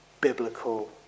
biblical